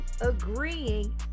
agreeing